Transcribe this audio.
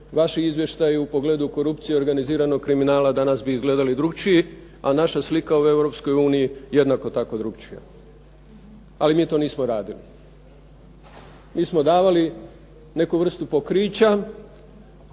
vaši izvještaji o pogledu korupcije i organiziranog kriminala danas bi izgledali drukčiji, a naša slika o EU jednako tako drukčija. Ali mi to nismo radili, mi smo davali neku vrstu pokrića